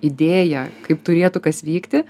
idėją kaip turėtų kas vykti